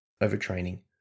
overtraining